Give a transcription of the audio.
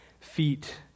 feet